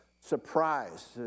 surprise